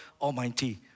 Almighty